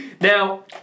Now